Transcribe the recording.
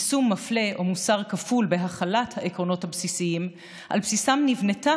יישום מפלה או מוסר כפול בהחלת העקרונות הבסיסיים שעל בסיסם נבנתה